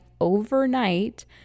overnight